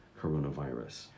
coronavirus